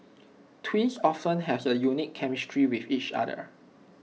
twins often have A unique chemistry with each other